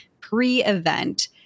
pre-event